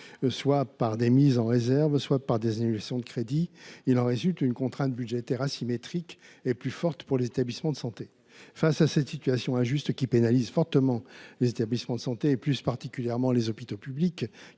soit par des mises en réserve soit par des annulations de crédits. Il en résulte une contrainte budgétaire asymétrique et plus forte pour les établissements de santé. Face à cette situation injuste, qui pénalise fortement les établissements de santé et plus particulièrement les hôpitaux publics,